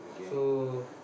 so